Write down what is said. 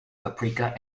paprika